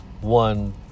one